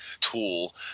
tool